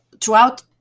throughout